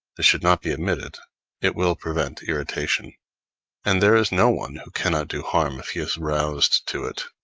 this should not be omitted it will prevent irritation and there is no one who cannot do harm if he is roused to it.